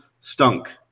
stunk